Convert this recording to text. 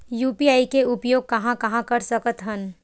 UPI के उपयोग कहां कहा कर सकत हन?